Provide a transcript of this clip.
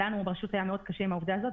לנו ברשות היה מאוד קשה עם העובדה הזאת,